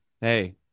hey